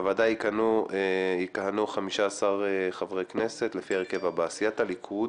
בוועדה יכהנו 15 חברי כנסת לפי ההרכב הבא: סיעת הליכוד,